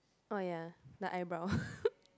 oh ya the eyebrow